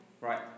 Right